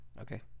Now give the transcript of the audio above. okay